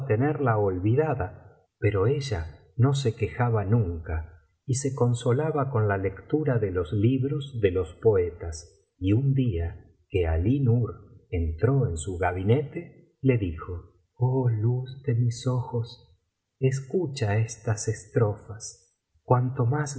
tenerla olvidada pero ella no se quejaba nunca y se consolaba con la lectura de los libros de los poetas y un día que alí nur entró en su gabinete le dijo oh luz de mis ojos escucha estas estrofas cuanto más